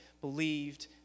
believed